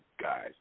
guys